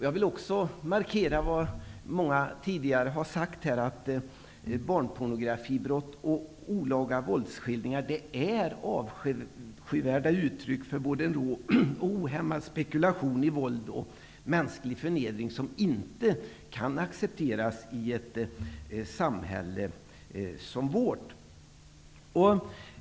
Jag vill också markera vad många tidigare har sagt här, nämligen att barnpornografibrott och olaga våldsskildringar är avskyvärda uttryck för både ohämmad spekulation i våld och mänsklig förnedring som inte kan accepteras i ett samhälle som vårt.